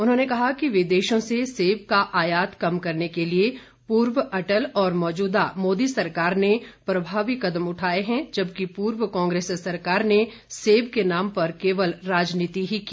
उन्होंने कहा कि विदेशों से सेब का आयात कम करने के लिए पूर्व अटल और मौजूदा मोदी सरकार ने प्रभावी कदम उठाए हैं जबकि पूर्व कांग्रेस सरकार ने सेब के नाम पर केवल राजनीति ही की